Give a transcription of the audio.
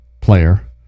player